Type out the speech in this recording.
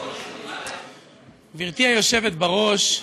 גברתי היושבת בראש,